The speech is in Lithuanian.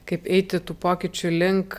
kaip eiti tų pokyčių link